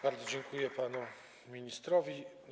Bardzo dziękuję panu ministrowi.